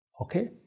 Okay